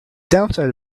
downside